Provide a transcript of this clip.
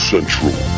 Central